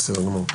בסדר.